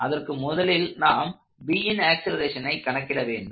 அதற்கு முதலில் நாம் Bன் ஆக்ஸலரேஷனை கணக்கிடவேண்டும்